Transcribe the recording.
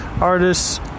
Artists